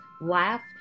laugh